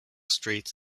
street